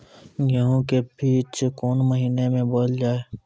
गेहूँ के बीच कोन महीन मे बोएल जाए?